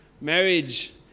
marriage